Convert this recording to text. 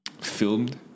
Filmed